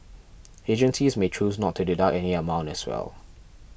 agencies may choose not to deduct any amount as well